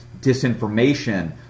disinformation